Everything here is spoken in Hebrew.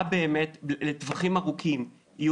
באמת יהיו תופעות הלוואי לטווחים ארוכים,